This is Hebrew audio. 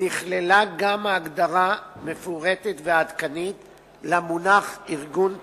נכללה גם הגדרה מפורטת ועדכנית למונח "ארגון טרור",